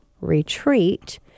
Retreat